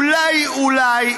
אולי אולי,